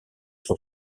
sont